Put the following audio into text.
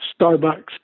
Starbucks